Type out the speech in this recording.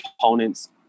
components